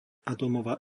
atómová